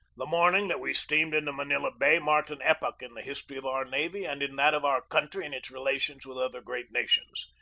the morning that we steamed into manila bay marked an epoch in the history of our navy and in that of our country in its relations with other great nations.